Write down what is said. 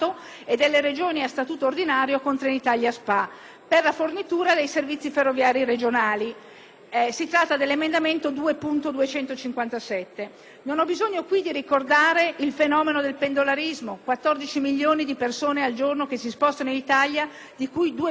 per la fornitura dei servizi ferroviari regionali. Si tratta dell'emendamento 2.257. Non ho bisogno di ricordare in questa sede il fenomeno del pendolarismo: 14 milioni di persone al giorno che si spostano in Italia, di cui 2 milioni con il trasporto in treno.